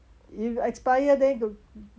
if expire then need to